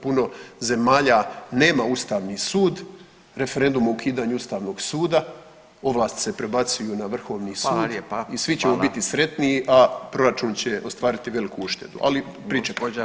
Puno zemalja nema ustavni sud, referendum o ukidanju ustavnog suda, ovlasti se prebacuju na Vrhovni sud [[Upadica Radina: Hvala lijepa.]] i svi ćemo biti sretniji, a proračun će ostvariti veliku uštedu, ali pričekajmo.